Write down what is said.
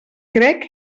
crec